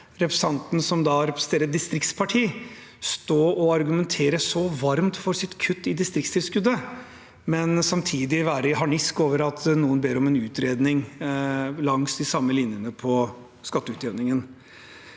representanten, som representerer et distriktsparti, stå og argumentere så varmt for sitt kutt i distriktstilskuddet, men samtidig være i harnisk over at noen ber om en utredning langs de samme linjene på skatteutjevningen.